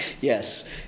Yes